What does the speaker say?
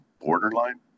borderline